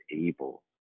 able